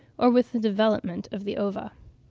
or with the development of the ova.